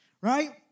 right